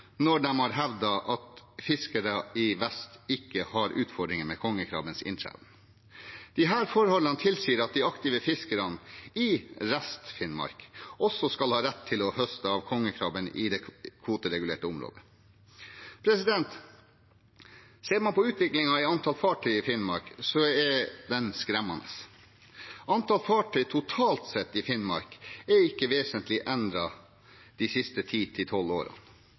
når de har hevdet at fiskere i vest ikke har utfordringer med kongekrabbens inntreden. Disse forholdene tilsier at de aktive fiskerne i Rest-Finnmark også skal ha rett til å høste av kongekrabben i det kvoteregulerte området. Ser man på utviklingen i antall fartøy i Finnmark, er den skremmende. Antallet fartøy totalt sett i Finnmark er ikke vesentlig endret de siste